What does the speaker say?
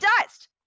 Dust